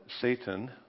Satan